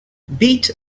beat